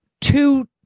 two